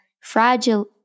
fragile